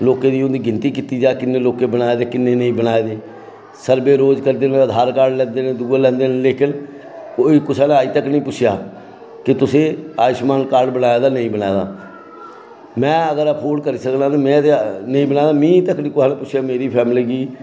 लोकें दी अगर गिनती कीती जा किन्ने लोकें बनाए दे किन्ने नेईं बनाए दे सर्वे करदे न हर रोज कार्ड लांदे न पर लेकिन एह् कुसै नै अज्ज तक्कर निं पुच्छेआ कि तुसें आयुषमान कार्ड बनाए दा जां नेईं बनाए दा में अगर एफोर्ड करी सकदा कि में ते नेईं बनांऽ ते मिगी पिच्छुआं मेरी फैमिली गी बी